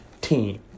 team